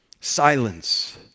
Silence